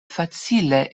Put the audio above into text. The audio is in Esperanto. facile